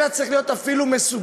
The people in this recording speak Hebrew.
אלא הוא צריך להיות אפילו מסובסד.